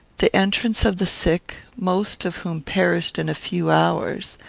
the entrance of the sick, most of whom perished in a few hours,